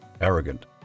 arrogant